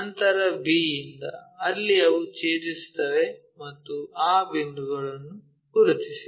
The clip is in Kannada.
ನಂತರ b ಯಿಂದ ಅಲ್ಲಿ ಅವು ಛೇದಿಸುತ್ತವೆ ಮತ್ತು ಆ ಬಿಂದುಗಳನ್ನು ಗುರುತಿಸಿ